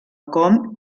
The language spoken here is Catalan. com